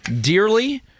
dearly